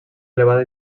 elevada